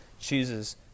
chooses